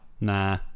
nah